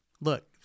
look